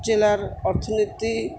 জেলার অর্থনীতি